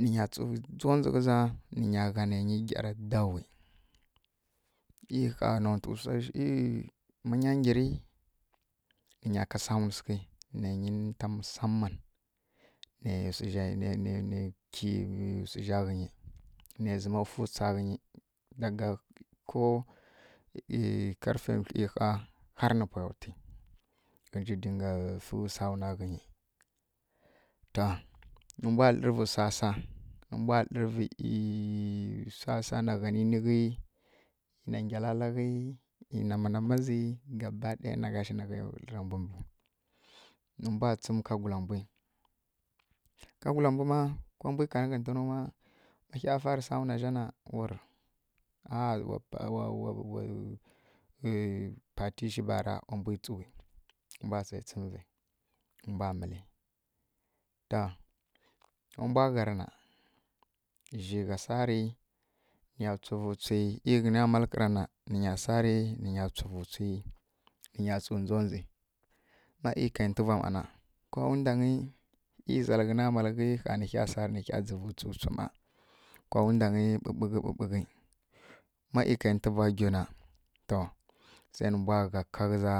nǝ nya tsu nzondzǝ ghǝza nǝnya gha neinyi gyara dawi ikanotsusai manya ngiri nǝnya ka sawun sǝghǝ neinyi ninta musamman nei nei nei ki wsǝzja ghǝnyi nei zǝma fǝ wsa ghǝnyi daga ko ei karfe wtli ɦaa har nǝ pwaya wtui ghǝnji dinga fǝ sawuna ghǝnyi to ma mbwa lǝrǝ vǝ wsa sa ma mbwa lǝrǝ vǝ ei wsa sa na ghaninighi na ngyalalaghi ei namanama zi gaba ɗaya naashǝ naghǝi lɗǝra mbwǝ mbwu nǝ mbwa tsǝma ka gula mbwi ka gula mbwu ma ko mbwi kanǝ ghǝtǝnu maa ma ɦya farǝ sawuna zja na wur ahh wa pati shi bara wa mbwi tsuwi nǝ mbwa se tsimvǝ nǝ mbwa mǝli to ma mbwa gharǝ na zji gha sari niya wtsuvǝ wtsui ei ghǝnya malƙǝra na nǝnya wtsuvǝ wtsui nǝnya tsu ndzodzi ma ei kai ntuvwa ˈmana ko wundangyi ei ˈzalǝ ghǝni malghi ɦa nǝhya saari nǝɦya wtsu wtsu ˈma ko wundanyi ɓuɓughǝ ɓuɓughǝ ma i kai ntuvwa wgi na to sai nǝ mbwa gha ka ghǝza.